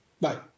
Bye